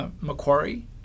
Macquarie